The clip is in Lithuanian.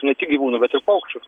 ne tik gyvūnų bet ir paukščių